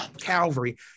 Calvary